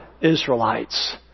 Israelites